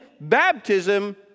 baptism